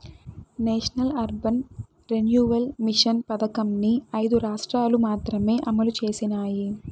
national urban renewal mission పథకంని ఐదు రాష్ట్రాలు మాత్రమే అమలు చేసినాయి